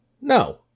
no